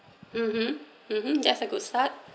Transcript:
mmhmm mmhmm that's a good start